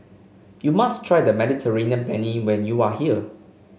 you must try the Mediterranean Penne when you are here